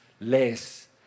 less